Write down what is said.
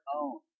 own